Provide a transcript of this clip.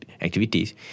activities